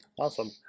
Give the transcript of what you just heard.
awesome